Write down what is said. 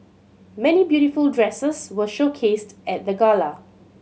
many beautiful dresses were showcased at the gala